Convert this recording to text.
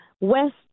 West